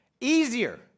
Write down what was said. Easier